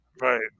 Right